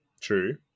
True